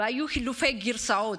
היו חילופי גרסאות.